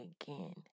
again